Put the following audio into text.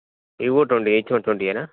ఇవి కూడా twenty each one twenty ఏనా